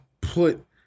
put